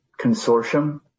consortium